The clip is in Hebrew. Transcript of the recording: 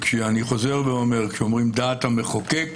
כשאומרים: דעת המחוקק,